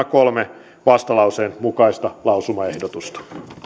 kolme vastalauseen mukaista lausumaehdotusta